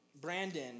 Brandon